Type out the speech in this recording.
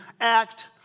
act